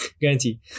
guarantee